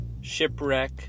shipwreck